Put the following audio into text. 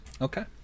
Okay